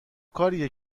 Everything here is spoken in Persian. کاریه